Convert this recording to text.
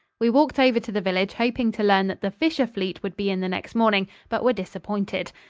we walked over to the village, hoping to learn that the fisher-fleet would be in the next morning, but were disappointed.